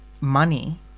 money